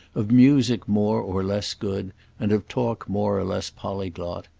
of music more or less good and of talk more or less polyglot,